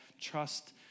Trust